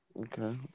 Okay